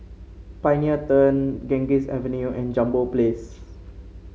Pioneer Turn Ganges Avenue and Jambol Place